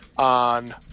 on